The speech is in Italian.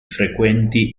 frequenti